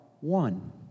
one